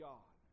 God